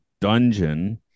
dungeon